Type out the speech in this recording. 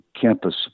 campus